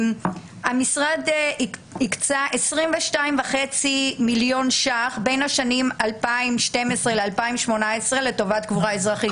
המשרד הקצה 22.5 מיליון שקל בין השנים 2012 ל-2018 לטובת קבורה אזרחית.